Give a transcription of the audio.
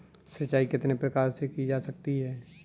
सिंचाई कितने प्रकार से की जा सकती है?